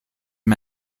and